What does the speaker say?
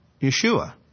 Yeshua